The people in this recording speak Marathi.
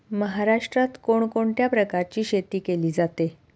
महाराष्ट्रात कोण कोणत्या प्रकारची शेती केली जाते?